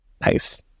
Nice